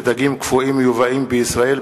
לדגים קפואים המיובאים בישראל,